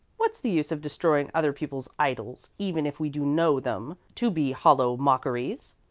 what's the use of destroying other people's idols even if we do know them to be hollow mockeries?